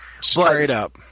Straight-up